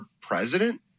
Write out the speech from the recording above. president